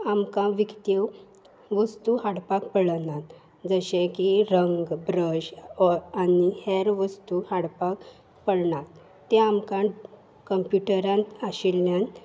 आमकां विकत्यो वस्तू हाडपाक पडनात जशें की रंग ब्रश आनी हेर वस्तू हाडपाक पडनात ते आमकां कंप्युटरांत आशिल्ल्यान